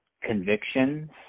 convictions